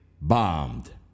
bombed